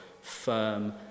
firm